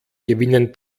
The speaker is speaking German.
gewinnen